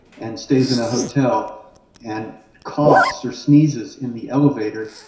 and stays in a hotel and coughs or sneezes in the elevator,